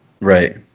Right